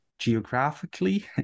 geographically